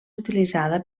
utilitzada